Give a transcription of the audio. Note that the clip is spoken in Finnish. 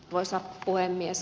arvoisa puhemies